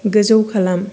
गोजौ खालाम